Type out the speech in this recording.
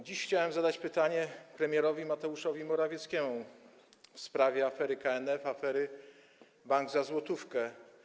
Dziś chciałem zadać pytanie premierowi Mateuszowi Morawieckiemu w sprawie afery KNF, afery „bank za złotówkę”